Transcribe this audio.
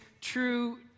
true